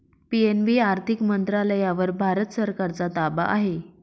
PNB आर्थिक मंत्रालयावर भारत सरकारचा ताबा आहे